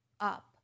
up